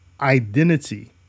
identity